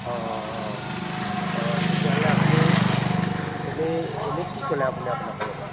অঁ অঁ অঁ অঁ তেতিয়াহ'লে আপুনি এনেই এনেই কি ক'লে আপুনি আপোনাৰ ফালৰ পৰা